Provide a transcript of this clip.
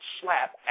slap